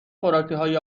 خوراکیهای